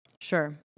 Sure